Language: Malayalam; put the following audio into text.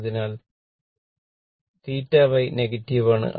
അതിനാൽ θ Y നെഗറ്റീവ് ആണ്